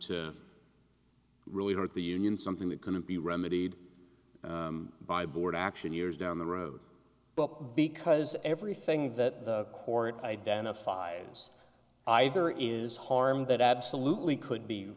to really hurt the union something that couldn't be remedied by board action years down the road but because everything that the court identified as either is harm that absolutely could be